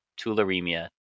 tularemia